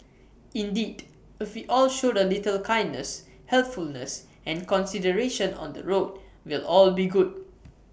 indeed if we all showed A little kindness helpfulness and consideration on the road we'll all be good